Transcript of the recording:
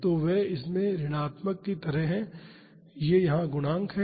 तो वे इसके ऋणात्मक की तरह हैं यह यहाँ गुणांक है